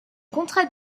contrat